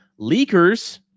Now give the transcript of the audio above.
leakers